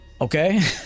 Okay